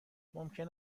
ممکن